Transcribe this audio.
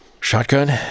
shotgun